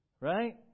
Right